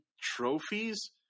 trophies